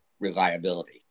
reliability